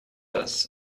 das